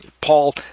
Paul